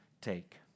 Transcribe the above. take